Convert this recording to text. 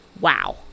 Wow